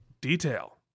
detail